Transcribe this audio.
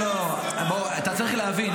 אתה צריך להבין,